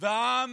והעם